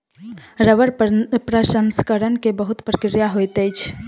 रबड़ प्रसंस्करण के बहुत प्रक्रिया होइत अछि